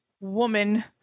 woman